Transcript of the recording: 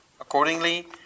Accordingly